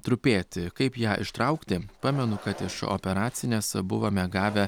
trupėti kaip ją ištraukti pamenu kad iš operacinės buvome gavę